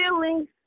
feelings